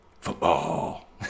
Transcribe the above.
Football